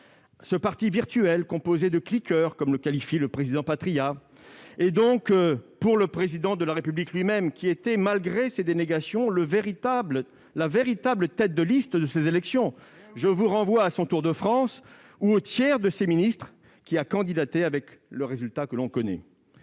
ce parti « virtuel » composé de « cliqueurs », comme le qualifie le président Patriat, et donc pour le Président de la République lui-même, qui était, malgré ses dénégations, la véritable tête de liste de ces élections. Je vous renvoie à son tour de France ou aux candidatures du tiers de ses ministres, avec le résultat que l'on connaît.